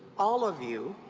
all of you,